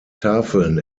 tafeln